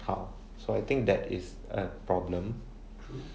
how so I think that is a problem